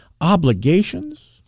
Obligations